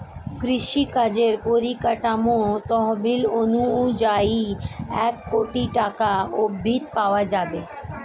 কৃষিকাজের পরিকাঠামো তহবিল অনুযায়ী এক কোটি টাকা অব্ধি পাওয়া যাবে